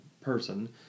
person